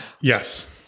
yes